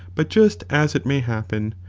but just as it may happen,